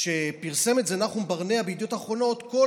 כשפרסם את זה נחום ברנע בידיעות אחרונות כל